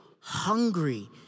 hungry